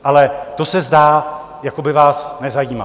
Ale to se zdá, jako by vás nezajímalo.